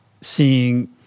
seeing